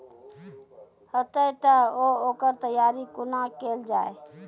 हेतै तअ ओकर तैयारी कुना केल जाय?